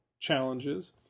challenges